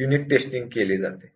unit testing केले जाते